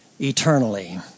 eternally